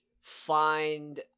find